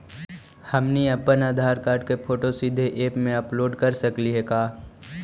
हमनी अप्पन आधार कार्ड के फोटो सीधे ऐप में अपलोड कर सकली हे का?